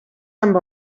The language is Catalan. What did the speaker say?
amb